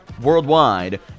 worldwide